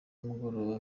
y’umugoroba